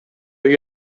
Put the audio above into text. you